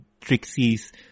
Trixie's